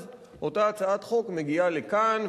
אז אותה הצעת חוק מגיעה לכאן,